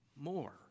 more